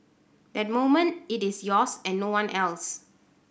that moment it is yours and no one else